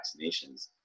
vaccinations